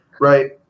right